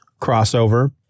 crossover